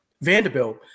Vanderbilt